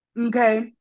Okay